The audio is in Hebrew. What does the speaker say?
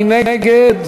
מי נגד?